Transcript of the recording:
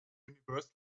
universal